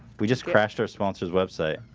we just crashed our sponsors website.